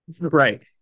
Right